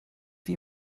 wie